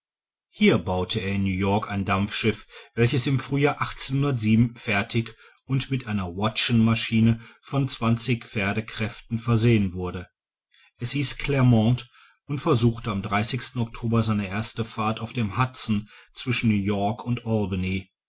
hier baute er in new-york ein dampfschiff welches im frühjahr fertig und mit einer watt'schen maschine von pferdekräften versehen wurde es hieß clermont und versuchte am oktober seine erste fahrt auf dem hudson zwischen new-york und